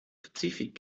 pazifik